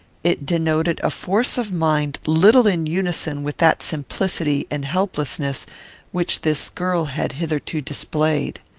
it denoted a force of mind little in unison with that simplicity and helplessness which this girl had hitherto displayed.